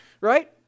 Right